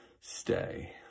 stay